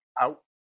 out